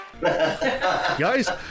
Guys